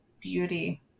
beauty